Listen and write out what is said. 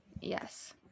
Yes